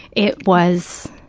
it was